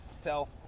self